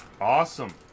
Awesome